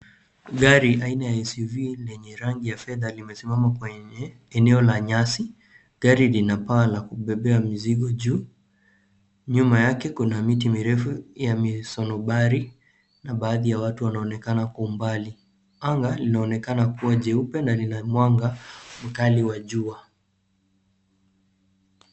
Gari aina ya suv lenye rangi ya fedha limesimama kwenye eneo la nyasi gari lina paa la kubebea mizigo juu nyuma yake kuna miti mirefu ya misonobari na baadhi ya watu wanaonekana kuwa mbali anga linaonekana kuwa jeupe na lina mwanga mkali wa jua.